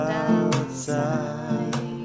outside